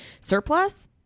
surplus